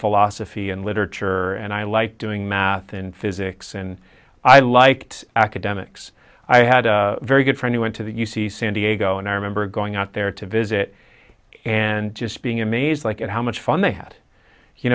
philosophy and literature and i like doing math and physics and i liked academics i had a very good friend who went to the u c san diego and i remember going out there to visit and just being amazed at how much fun th